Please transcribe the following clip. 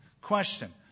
Question